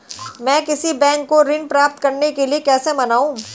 मैं किसी बैंक को ऋण प्राप्त करने के लिए कैसे मनाऊं?